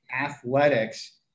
athletics